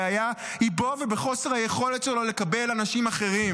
הבעיה היא בו ובחוסר היכולת שלו לקבל אנשים אחרים.